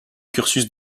cursus